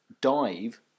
dive